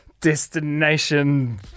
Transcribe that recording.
destination